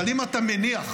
אבל אם אתה מניח,